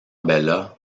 bella